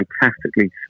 fantastically